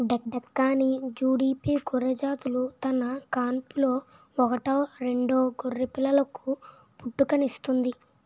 డెక్కాని, జుడిపి గొర్రెజాతులు తన కాన్పులో ఒకటో రెండో గొర్రెపిల్లలకు పుట్టుకనిస్తుంది